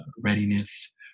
readiness